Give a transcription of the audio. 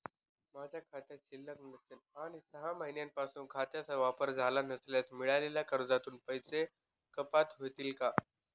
माझ्या खात्यात शिल्लक नसेल आणि सहा महिन्यांपासून खात्याचा वापर झाला नसल्यास मिळालेल्या कर्जातून पैसे कपात होतील का?